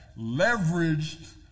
leveraged